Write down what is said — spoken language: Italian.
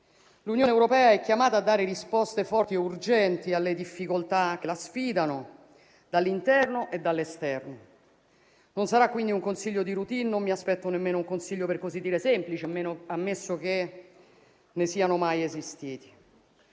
L'Unione europea è chiamata a dare risposte forti e urgenti alle difficoltà che la sfidano dall'interno e dall'esterno. Non sarà quindi un Consiglio di *routine* e non mi aspetto nemmeno un Consiglio - per così dire - semplice, ammesso che ne siano mai esistiti.